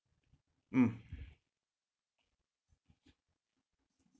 mm